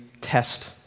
test